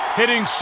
hitting